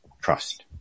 Trust